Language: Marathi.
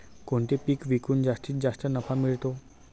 कोणते पीक विकून जास्तीत जास्त नफा मिळतो?